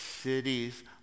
cities